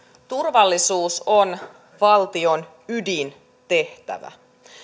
turvallisuus on valtion ydintehtävä